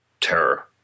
terror